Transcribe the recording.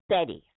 Betty